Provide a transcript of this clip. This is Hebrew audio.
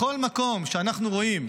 בכל מקום שאנחנו רואים,